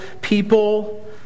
people